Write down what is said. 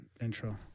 intro